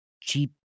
cheap